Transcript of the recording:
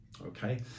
okay